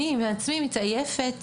אני בעצמי מתעייפת